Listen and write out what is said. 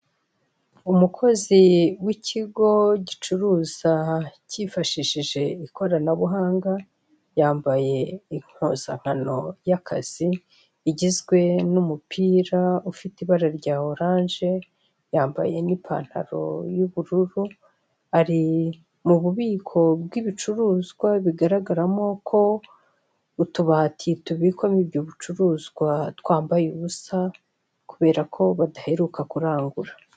Umukozi w'ikigo gicuruza cyifashishije ikoranabuhanga yambaye impuzankano y'akazi igizwe n'umupira ufite ibara rya oranje, yambaye n'ipantaro y'ubururu, ari mu bubiko bw'ibicuruzwa bigaragaramo ko utubati tubikwamo ibyo bicuruzwa twambaye ubusa kubera ko badaheruka kurangura.